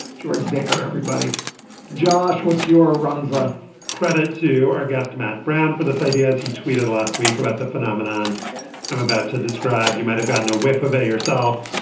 george decker everybody josh what's your runs a credit to our guest matt brown for this idea as he tweeted last week about the phenomenon i'm about to describe. you might have gotten a whiff of it yourself.